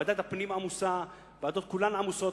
ועדת הפנים עמוסה, הוועדות כולן עמוסות.